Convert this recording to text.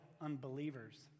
unbelievers